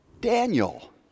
Daniel